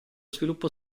sviluppo